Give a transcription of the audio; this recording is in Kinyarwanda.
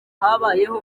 habayeho